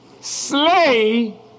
slay